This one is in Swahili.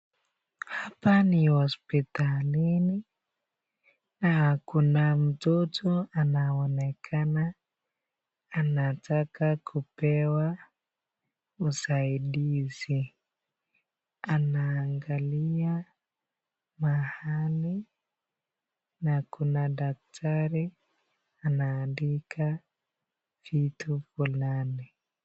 Hapa ni hosipitalini, kuna mtoto anaonekana anataka kupewa usaidizi, anangalia mahali, na kuna dakitari anaandika vitu fulani.